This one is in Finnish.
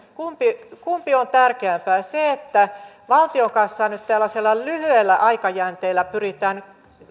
kumpi kumpi on tärkeämpää se että valtion kassaa nyt tällaisella lyhyellä aikajänteellä pyritään